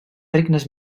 regnes